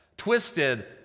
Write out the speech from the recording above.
Twisted